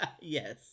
Yes